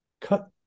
cut